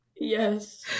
yes